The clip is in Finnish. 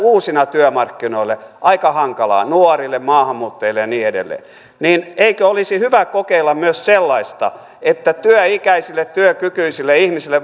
uusina työmarkkinoille aika hankalaa nuorille maahanmuuttajille ja niin edelleen niin eikö olisi hyvä kokeilla myös sellaista että työikäisille ja työkykyisille ihmisille